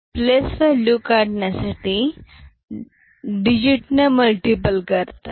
place value काढण्यासाठी digit ने multiple करतात